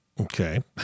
Okay